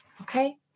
okay